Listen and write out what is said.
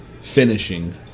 finishing